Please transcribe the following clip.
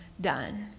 done